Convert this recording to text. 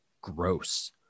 gross